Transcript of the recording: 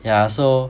yeah so